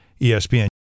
ESPN